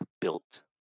built